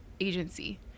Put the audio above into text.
agency